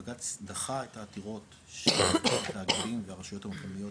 בג"צ דחה את העתירות של התאגידים והרשויות המקומיות,